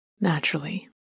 naturally